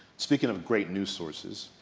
speaking of great news sources,